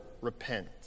repent